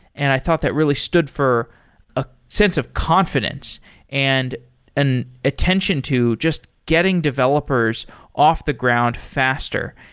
and i thought that really stood for a sense of confidence and an attention to just getting developers off the ground faster.